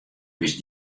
bist